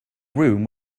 room